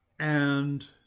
and